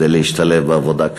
להשתלב בעבודה?